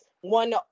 one